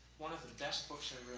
one of the best books i